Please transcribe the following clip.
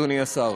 אדוני השר.